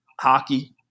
hockey